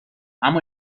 اما